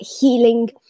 healing